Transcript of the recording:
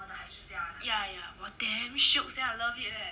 ya ya !wah! damn shiok sia I love it leh